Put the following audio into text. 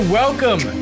welcome